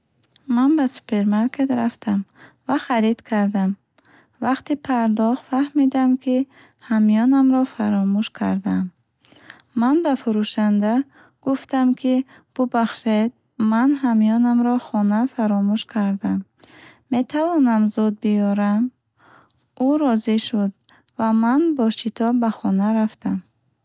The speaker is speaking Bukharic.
Ман ба супермаркет рафтам ва харид кардам. Вақти пардохт фаҳмидам, ки ҳамёнамро фаромӯш кардаам. Ман ба фурӯшанда гуфтам, ки бубахшед, ман ҳамёнамро хона фаромӯш кардам, метавонам зуд биёрам? Ӯ розӣ шуд ва ман бо шитоб ба хона рафтам.